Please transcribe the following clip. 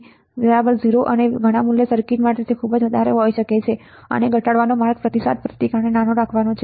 0 અને મૂલ્ય ઘણા સર્કિટ માટે ખૂબ વધારે હોઈ શકે છે આને ઘટાડવાનો એક માર્ગ પ્રતિસાદ પ્રતિકારને નાનો રાખવાનો છે